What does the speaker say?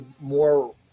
more